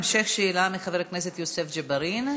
המשך שאלה לחבר הכנסת יוסף ג'בארין,